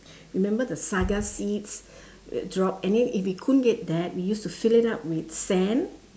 remember the saga seeds drop and then if we couldn't get that we used to fill it up with sand